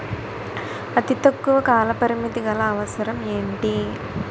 అతి తక్కువ కాల పరిమితి గల అవసరం ఏంటి